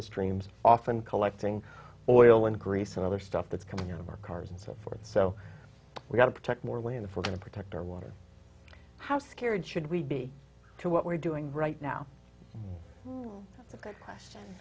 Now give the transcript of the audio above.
the streams often collecting oil and grease and other stuff that's coming out of our cars and so forth so we have to protect more land if we're going to protect our water how scared should we be to what we're doing right now that's a good question